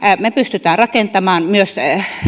me pystymme rakentamaan myös